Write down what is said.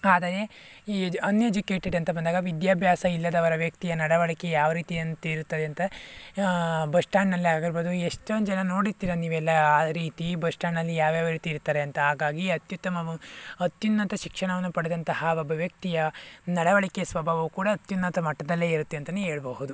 ಆದರೆ ಈ ಎಜ್ ಅನ್ಎಜುಕೇಟೆಡ್ ಅಂತ ಬಂದಾಗ ವಿದ್ಯಾಭ್ಯಾಸ ಇಲ್ಲದವರ ವ್ಯಕ್ತಿಯ ನಡವಳಿಕೆ ಯಾವ ರೀತಿ ಅಂತಿರುತ್ತದೆ ಅಂತ ಬಸ್ಸ್ಟ್ಯಾಂಡ್ನಲ್ಲಿ ಆಗಿರ್ಬೋದು ಎಷ್ಟೊಂದು ಜನ ನೋಡಿರ್ತೀರ ನೀವೆಲ್ಲ ಆ ರೀತಿ ಬಸ್ಸ್ಟ್ಯಾಂಡ್ನಲ್ಲಿ ಯಾವ್ಯಾವ ರೀತಿ ಇರ್ತಾರೆ ಅಂತ ಹಾಗಾಗಿ ಅತ್ಯುತ್ತಮವು ಅತ್ಯುನ್ನತ ಶಿಕ್ಷಣವನ್ನು ಪಡೆದಂತಹ ಒಬ್ಬ ವ್ಯಕ್ತಿಯ ನಡವಳಿಕೆ ಸ್ವಭಾವ ಕೂಡ ಅತ್ಯುನ್ನತ ಮಟ್ಟದಲ್ಲೇ ಇರುತ್ತೆ ಅಂತನೇ ಹೇಳ್ಬಹುದು